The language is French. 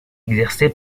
exercée